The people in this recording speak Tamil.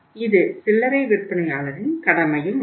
இது சில்லறை விற்பனையாளரின் கடமையுமாகும்